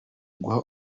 guha